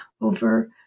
over